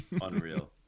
unreal